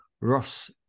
Ross